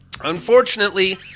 Unfortunately